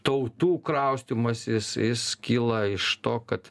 tautų kraustymasis jis kyla iš to kad